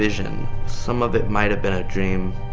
vision. some of it might have been a dream,